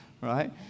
Right